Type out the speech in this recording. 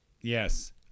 Yes